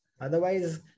Otherwise